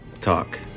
talk